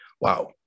wow